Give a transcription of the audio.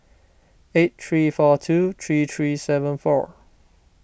eight three four two three three seven four